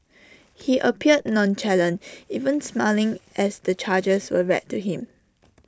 he appeared nonchalant even smiling as the charges were read to him